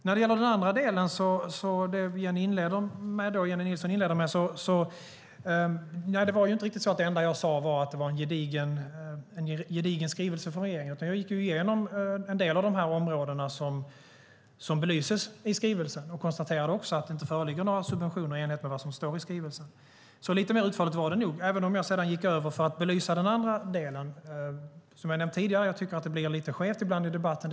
När det gäller det Jennie Nilsson inledde med vill jag säga att det inte var riktigt så att det enda jag sade var att det var en gedigen skrivelse från regeringen, utan jag gick igenom en del av de områden som belyses i skrivelsen. Jag konstaterade också att det inte föreligger några subventioner i enlighet med vad som står i skrivelsen. Lite mer utförligt var det nog, även om jag sedan gick över till att belysa den andra delen. Som jag har nämnt tidigare tycker jag att det blir lite skevt ibland i debatten.